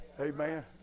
Amen